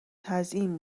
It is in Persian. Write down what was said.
تزیین